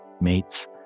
mates